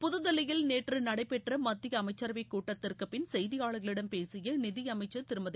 புத்தில்லியில் நேற்று நடைபெற்ற மத்திய அமைச்சரவைக் கூட்டத்திற்குப் பின் செய்தியாளர்களிடம் பேசிய நிதி அமைச்சர் திருமதி